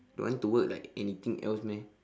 don't want to work like anything else meh